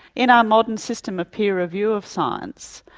in our modern system of peer review of science,